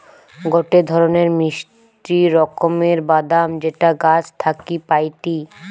গটে ধরণের মিষ্টি রকমের বাদাম যেটা গাছ থাকি পাইটি